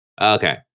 Okay